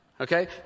Okay